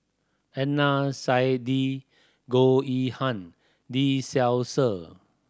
Adnan Saidi Goh Yihan Lee Seow Ser